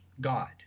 God